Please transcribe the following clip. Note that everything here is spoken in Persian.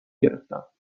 گرفتم